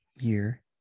year